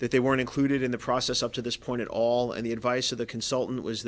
they weren't included in the process up to this point at all and the advice of the consultant was